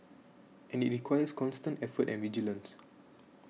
and it requires constant effort and vigilance